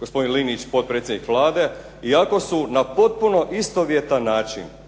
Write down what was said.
gospodin Linić potpredsjednik Vlade iako su na potpuno istovjetan način